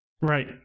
Right